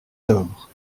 tort